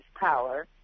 power